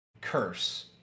curse